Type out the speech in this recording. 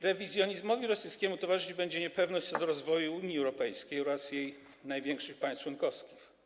Rewizjonizmowi rosyjskiemu towarzyszyć będzie niepewność co do rozwoju Unii Europejskiej oraz jej największych państw członkowskich.